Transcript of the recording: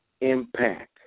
impact